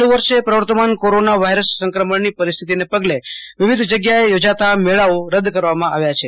ચાલુ વર્ષ પ્રવ ર્તમાન કોરોના વાયરસ સંક્રમણની પરિસ્થિતિને પગલ વિવિધ જગ્યાઓએ યોજાતા મેળાઓ રદ કરવામ ાં આવ્યા છે